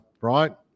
right